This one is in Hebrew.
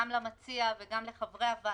גם למציע וגם לחברי הוועדה,